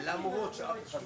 אני כבר 13 שנים